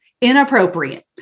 inappropriate